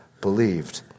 believed